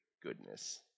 Goodness